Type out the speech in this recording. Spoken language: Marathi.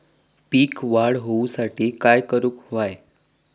पीक वाढ होऊसाठी काय करूक हव्या?